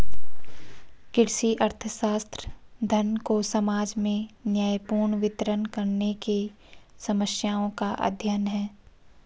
कृषि अर्थशास्त्र, धन को समाज में न्यायपूर्ण वितरण करने की समस्याओं का अध्ययन है